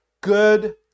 Good